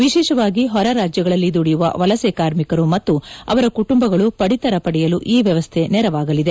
ವಿಶೇಷವಾಗಿ ಹೊರ ರಾಜ್ಯಗಳಲ್ಲಿ ದುಡಿಯುವ ವೆಲಸೆ ಕಾರ್ಮಿಕರು ಮತ್ತು ಅವರ ಕುಟುಂಬಗಳು ಪದಿತರ ಪಡೆಯಲು ಈ ವ್ಯವಸ್ಥೆ ನೆರವಾಗಲಿದೆ